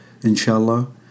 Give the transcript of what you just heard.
Inshallah